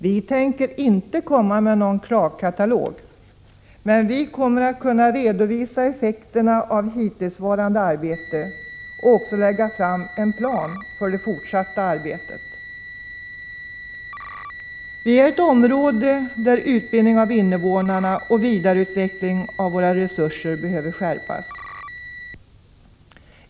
Vi tänker inte lägga fram någon kravkatalog, men vi kommer att kunna redovisa effekterna av hittillsvarande arbete och också lägga fram en plan för det fortsatta. Bergslagen är ett område där utbildning av invånarna och vidareutveckling av resurserna behöver skärpas.